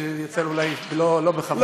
שיצא אולי לא בכוונה.